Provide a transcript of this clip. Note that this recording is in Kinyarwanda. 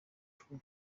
two